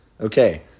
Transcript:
Okay